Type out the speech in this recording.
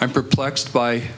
i'm perplexed by